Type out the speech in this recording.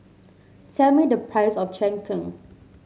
tell me the price of Cheng Tng